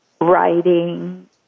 writing